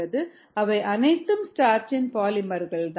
அவை அனைத்தும் ஸ்டார்ச்சின் பாலிமர்கள் தான்